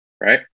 right